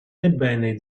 ebbene